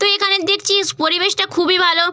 তো এখানের দেখছি পরিবেশটা খুবই ভালো